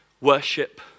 worship